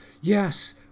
Yes